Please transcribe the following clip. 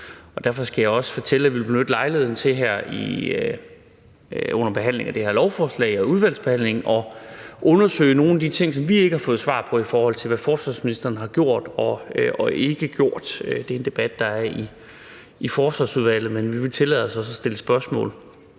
Derfor skal jeg også fortælle, at vi her under behandlingen af det her lovforslag og udvalgsbehandlingen vil benytte lejligheden til at undersøge nogle af de ting, som vi ikke har fået svar på i forhold til, hvad forsvarsministeren har gjort og ikke har gjort. Det er en debat, der er i Forsvarsudvalget, men vi også tillade os at stille spørgsmål